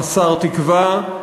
חסר תקווה,